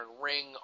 ring